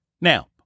Now